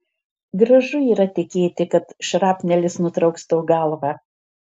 gražu yra tikėti kad šrapnelis nutrauks tau galvą